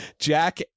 jack